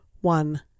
one